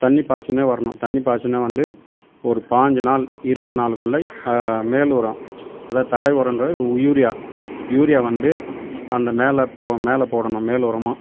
தண்ணி பாய்ச்சுனா வரணும் தண்ணி பாய்ச்சுனா வந்து ஒரு பாயிஞ்சு நாள் இருபது நாளுக்குள்ளே மேல் உரம் அதாவது தழை உரன்றது யூரியா யூரியா வந்து அந்த மேலே போவ மேலே போடணும் மேல் உரமாக